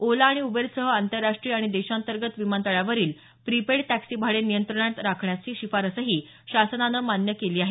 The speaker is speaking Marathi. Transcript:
ओला आणि उबेरसह आंतरराष्ट्रीय आणि देशांतर्गत विमानतळावरील प्रीपेड टॅक्सी भाडे नियंत्रणात राखण्याची शिफारसही शासनानं मान्य केली आहे